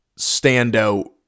standout